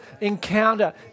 encounter